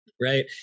right